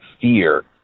fear